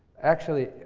actually,